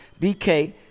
BK